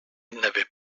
n’avaient